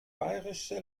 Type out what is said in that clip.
bayerische